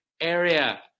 area